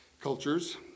cultures